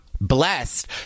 blessed